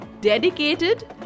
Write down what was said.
dedicated